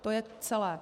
To je celé.